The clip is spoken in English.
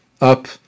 up